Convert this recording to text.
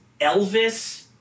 Elvis